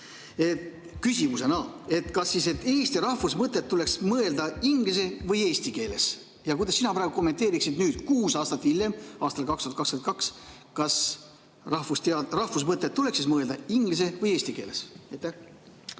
küsimusena, kas eesti rahvusmõtet tuleks mõelda inglise või eesti keeles. Kuidas sina kommenteeriksid nüüd, kuus aastat hiljem, aastal 2022: kas rahvusmõtet tuleks mõelda inglise või eesti keeles?